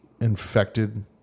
infected